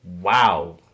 wow